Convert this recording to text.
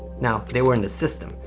now, they were in the system,